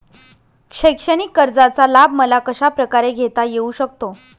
शैक्षणिक कर्जाचा लाभ मला कशाप्रकारे घेता येऊ शकतो?